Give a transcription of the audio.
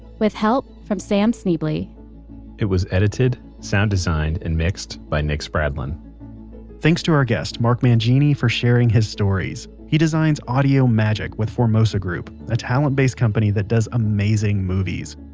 with help from sam schneble. it was edited, sound designed and mixed by nick spradlin thanks to our guest, mark mangini for sharing his stories. he designs audio magic with formosa group, a talent-based company that does amazing movies.